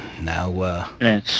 now